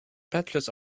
patches